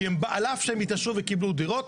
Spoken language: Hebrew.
כי על אף שהם התעשרו וקיבלו דירות,